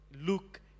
Luke